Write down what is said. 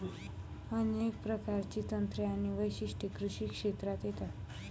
अनेक प्रकारची तंत्रे आणि वैशिष्ट्ये कृषी क्षेत्रात येतात